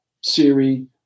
Siri